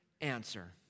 answer